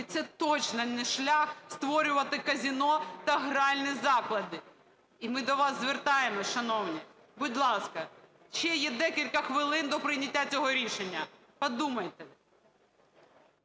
І це, точно, не шлях створювати казино та гральні заклади. І ми до вас звертаємося, шановні. Будь ласка, ще є декілька хвилин до прийняття цього рішення, подумайте!